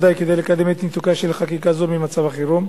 די כדי לקדם את ניתוקה של חקיקה זו ממצב החירום,